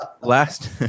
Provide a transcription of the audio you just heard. last